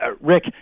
rick